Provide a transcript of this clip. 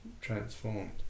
transformed